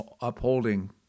upholding